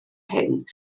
hyn